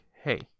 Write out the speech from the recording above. hey